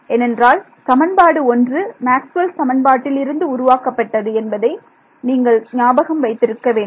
ஏனென்றால் சமன்பாடு ஒன்று மேக்ஸ்வெல் சமன்பாட்டில் இருந்து உருவாக்கப்பட்டது என்பதை நீங்கள் ஞாபகம் வைத்திருக்க வேண்டும்